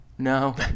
No